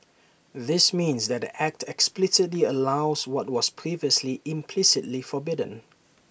this means that the act explicitly allows what was previously implicitly forbidden